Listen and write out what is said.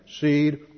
seed